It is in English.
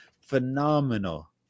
phenomenal